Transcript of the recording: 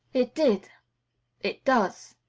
it did it does,